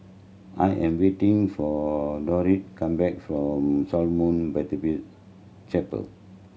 I am waiting for Dortha come back from Shalom Baptist Chapel